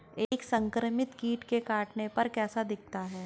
एक संक्रमित कीट के काटने पर कैसा दिखता है?